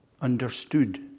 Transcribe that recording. understood